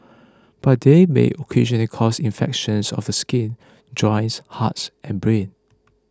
but they may occasionally cause infections of the skin joints hearts and brain